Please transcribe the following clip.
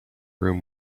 room